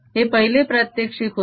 हे पहिले प्रात्यक्षिक होते